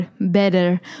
better